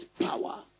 power